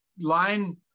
line